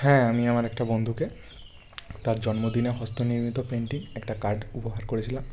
হ্যাঁ আমি আমার একটা বন্ধুকে তার জন্মদিনে হস্ত নির্মিত পেন্টিং একটা কার্ড উপহার করেছিলাম